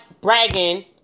bragging